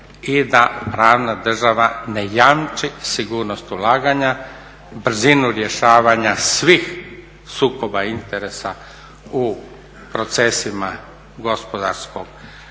i da pravna država ne jamči sigurnost ulaganja, brzinu rješavanja svih sukoba interesa u procesima gospodarskih